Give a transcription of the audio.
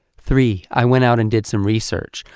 three i went out and did some research,